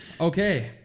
Okay